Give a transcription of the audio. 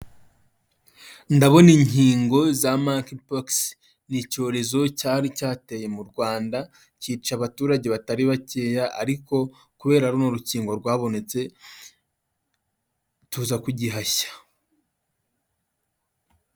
Ndabona inkingo za Monkey Pox, ni icyorezo cyari cyateye mu Rwanda kica abaturage batari bakeya, ariko kubera runo rukingo rwabonetse tuza kugihashya.